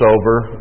over